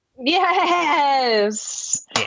Yes